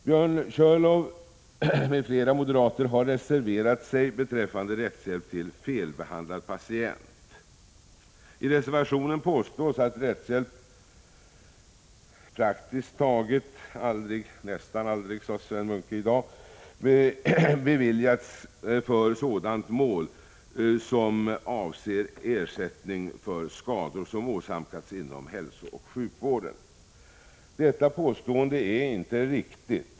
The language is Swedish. Björn Körlof m.fl. moderater har reserverat sig beträffande rättshjälp till felbehandlad patient. I reservationen påstås att rättshjälp praktiskt taget aldrig — nästan aldrig, sade Sven Munke i dag — beviljas för mål som avser ersättning för skador som åsamkats inom hälsooch sjukvården. Detta påstående är inte riktigt.